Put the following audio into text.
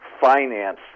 finance